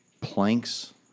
planks